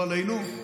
לא עלינו.